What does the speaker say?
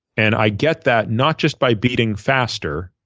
and i get that not just by beating faster,